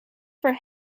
for